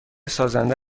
سازنده